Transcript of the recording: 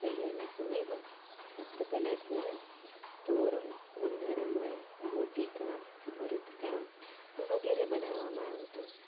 પહેલાંના સમયમાં હસ્તકલા લેતાં તોરણ ઊનના રૂમાલ મોતીકામ ભરતકામ વગેરે બનાવામાં આવતું